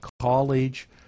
college